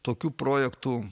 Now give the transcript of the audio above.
tokių projektų